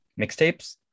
mixtapes